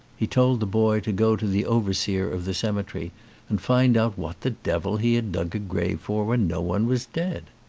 he told the boy to go to the overseer of the cemetery and find out what the devil he had dug a grave for when no one was dead.